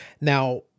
Now